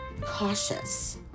cautious